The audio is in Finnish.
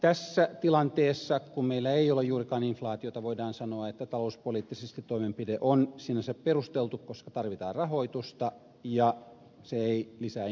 tässä tilanteessa kun meillä ei ole juurikaan inflaatiota voidaan sanoa että talouspoliittisesti toimenpide on sinänsä perusteltu koska tarvitaan rahoitusta ja se ei lisää inflaatiota